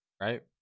Right